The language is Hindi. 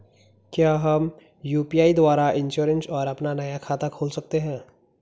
क्या हम यु.पी.आई द्वारा इन्श्योरेंस और अपना नया खाता खोल सकते हैं?